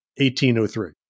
1803